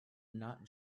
not